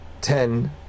ten